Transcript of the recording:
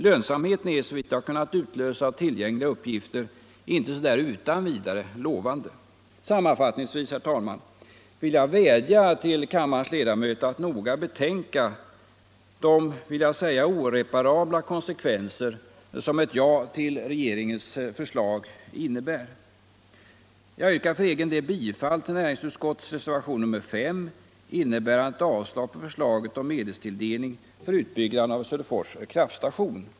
Lönsamheten är, såvitt jag kunnat utläsa av tillgängliga uppgifter, inte så där utan vidare lovande. Sammanfattningsvis, herr talman, vill jag vädja till kammarens ledamöter att noga betänka de oreparabla konsekvenser som ett ja till regeringens förslag medför. Jag yrkar bifall till reservationen 5, innebärande ett avslag på förslaget om medelstilldelning för utbyggnad av Söderfors kraftstation.